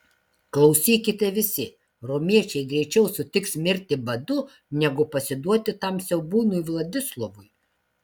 klausykite visi romiečiai greičiau sutiks mirti badu negu pasiduoti tam siaubūnui vladislovui